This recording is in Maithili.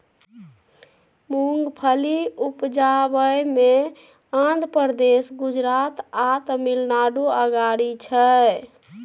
मूंगफली उपजाबइ मे आंध्र प्रदेश, गुजरात आ तमिलनाडु अगारी छै